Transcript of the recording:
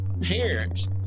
parents